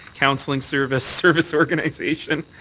counseling service, service organization.